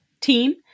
team